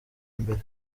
imbere